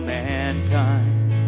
mankind